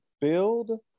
build